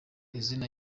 izina